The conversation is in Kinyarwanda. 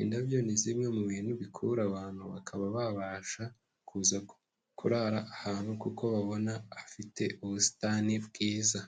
indabyo ni zimwe mu bintu bikurura abantu bakaba babasha kuza kurara ahantu kuko babona hafite ubusitani bwiza.